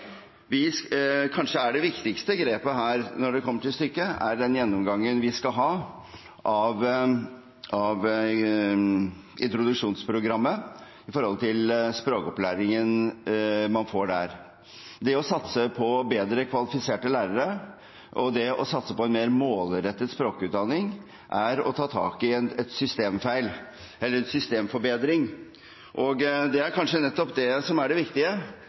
Kanskje er det viktigste grepet her, når det kommer til stykket, den gjennomgangen vi skal ha av introduksjonsprogrammet, med tanke på språkopplæringen man får der. Det å satse på bedre kvalifiserte lærere og en mer målrettet språkutdanning er å ta tak i en systemfeil – det er en systemforbedring. Det er kanskje nettopp det som er det viktige: